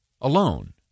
Alone